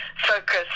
focus